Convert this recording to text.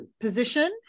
position